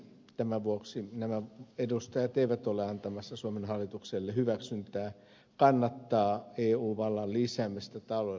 tämän vuoksi nämä edustajat eivät ole antamassa suomen hallitukselle hyväksyntää kannattaa eu vallan lisäämistä taloudenpidossa